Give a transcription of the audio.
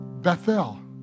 Bethel